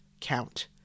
count